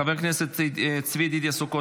חבר הכנסת צבי ידידיה סוכות,